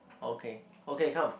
okay okay come